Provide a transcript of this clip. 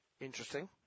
Interesting